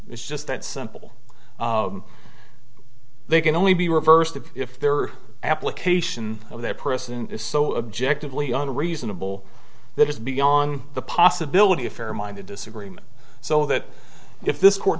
it's just that simple they can only be reversed if their application of their person is so objective liana reasonable that is beyond the possibility of fair minded disagreement so that if this court